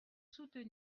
soutenir